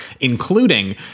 including